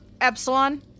Epsilon